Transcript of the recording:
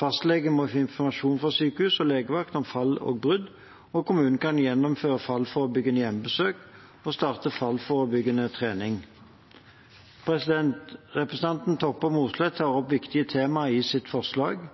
Fastlege må få informasjon fra sykehus og legevakt om fall og brudd, og kommunen kan gjennomføre fallforebyggende hjemmebesøk og starte fallforebyggende trening. Representantene Toppe og Mossleth tar opp viktige temaer i sitt forslag.